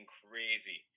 crazy